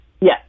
Yes